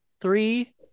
three